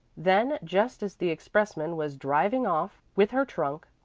then just as the expressman was driving off with her trunk,